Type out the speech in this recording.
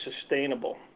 sustainable